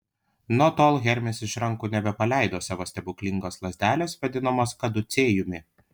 nuo tol hermis iš rankų nebepaleido savo stebuklingos lazdelės vadinamos kaducėjumi